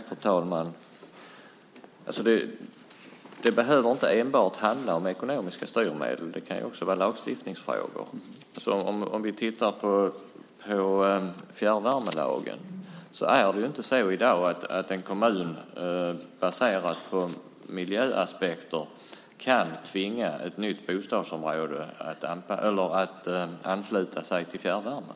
Fru talman! Det behöver inte enbart handla om ekonomiska styrmedel utan också om lagstiftning. När det gäller fjärrvärmelagen är det inte så i dag att en kommun baserat på miljöaspekter kan tvinga ett nytt bostadsområde att ansluta sig till fjärrvärme.